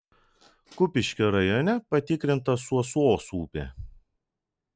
kupiškio rajone patikrinta suosos upė